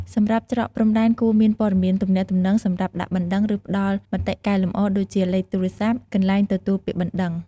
សម្រាប់ច្រកព្រំដែនគួរមានព័ត៌មានទំនាក់ទំនងសម្រាប់ដាក់បណ្តឹង ឬផ្តល់មតិកែលម្អ ដូចជាលេខទូរស័ព្ទ កន្លែងទទួលពាក្យបណ្តឹង។